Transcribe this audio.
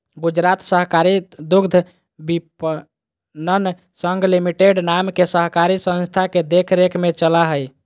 गुजरात सहकारी दुग्धविपणन संघ लिमिटेड नाम के सहकारी संस्था के देख रेख में चला हइ